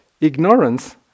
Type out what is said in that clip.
ignorance